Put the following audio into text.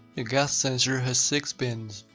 a gas sensor has six pins.